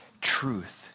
truth